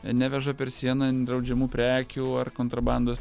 neveža per sieną draudžiamų prekių ar kontrabandos